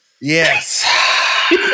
Yes